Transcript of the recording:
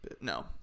No